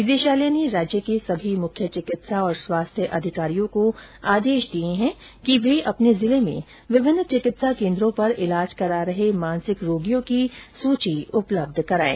निदेशालय ने राज्य के सभी मुख्य चिकित्सा और स्वास्थ्य अधिकारियों को आदेश दिये है कि वे अपने जिले में विभिन्न चिकित्सा केन्द्रों पर इलाज करा रहे मानसिक रोगियों की सुची उपलब्ध कराये